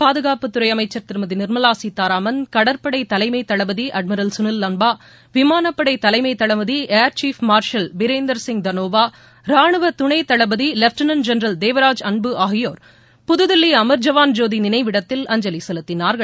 பாதுகாப்புத்துறை அமைச்சர் திருமதி நிர்மலா சீதாராமன் கடற்படை தலைமை தளபதி அட்மிரல் சுனில் லன்பா விமானப்படை தலைமை தளபதி air chief marshal Birender Singh Dhanoa ரானுவ துணை தளபதி வெட்டினல் ஜெனரல் தேவராஜ் அன்பு ஆகியோருடன் புது தில்லி அம் ஜவான் ஜோதி நினைவிடத்தில் அஞ்சலி செலுத்தினார்கள்